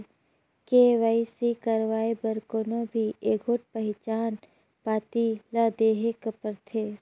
KYC करवाए बर कोनो भी एगोट पहिचान पाती ल देहेक परथे